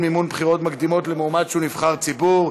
מימון בחירות מקדימות למועמד שהוא נבחר הציבור).